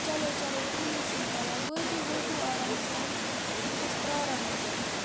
چلو چلو کِہیٖنۍ نہ حظ چھُنہٕ پرواے وٲتِو وٲتِو آرام سان بہٕ چھس پرٛاران حظ یَتٮ۪تھ